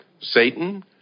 Satan